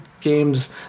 games